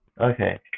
Okay